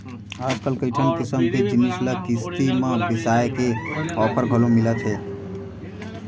आजकल कइठन किसम के जिनिस ल किस्ती म बिसाए के ऑफर घलो मिलत हे